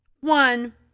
one